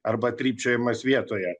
arba trypčiojimas vietoje